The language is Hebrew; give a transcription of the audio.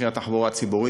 מחירי התחבורה הציבורית,